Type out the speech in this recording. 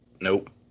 Nope